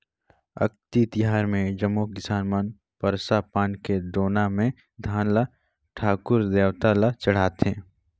अक्ती तिहार मे जम्मो किसान मन परसा पान के दोना मे धान ल ठाकुर देवता ल चढ़ाथें